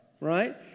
right